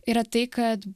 yra tai kad